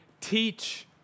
teach